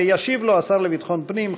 וישיב לו השר לביטחון הפנים,